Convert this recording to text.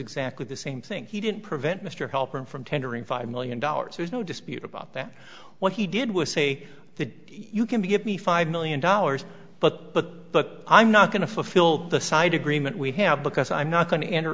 exactly the same thing he didn't prevent mr help him from tendering five million dollars there's no dispute about that what he did was say that you can give me five million dollars but but look i'm not going to fulfil the side agreement we have because i'm not going to enter